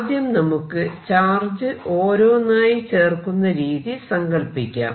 ആദ്യം നമുക്ക് ചാർജ് ഓരോന്നായി ചേർക്കുന്ന രീതി സങ്കൽപ്പിക്കാം